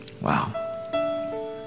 Wow